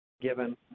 given